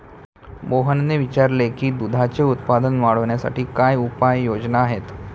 मोहनने विचारले की दुधाचे उत्पादन वाढवण्यासाठी काय उपाय योजना आहेत?